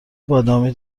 بادامی